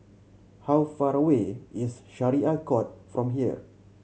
how far away is Syariah Court from here